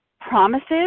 promises